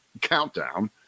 countdown